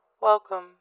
Welcome